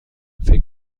فکر